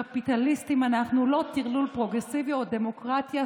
/ קפיטליסטים אנחנו / לא טרלול פרוגרסיבי / או דמוקרטיה-סוציאל.